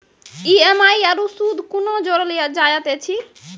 EMI आरू सूद कूना जोड़लऽ जायत ऐछि?